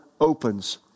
opens